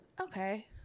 okay